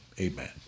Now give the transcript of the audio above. Amen